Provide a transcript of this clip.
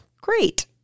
Great